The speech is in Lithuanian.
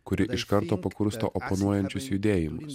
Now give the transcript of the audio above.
kuri iš karto pakursto oponuojančius judėjimus